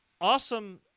Awesome